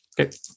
Okay